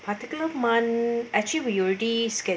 particular month actually we already